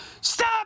Stop